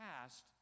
past